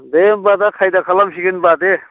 दे होमब्ला दा खायदा खालामसिगोन होमब्ला दे